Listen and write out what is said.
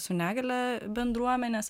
su negalia bendruomenės